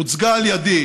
הוצגה על ידי,